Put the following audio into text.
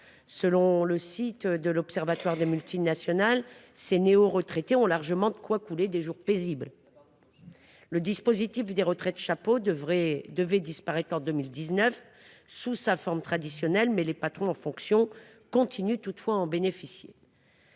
Selon le site de l’Observatoire des multinationales, ces néoretraités ont largement de quoi couler des jours paisibles. Le dispositif des retraites chapeaux devait disparaître sous sa forme traditionnelle en 2019. Les patrons en fonction continuent toutefois d’en bénéficier.